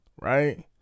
right